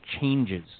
changes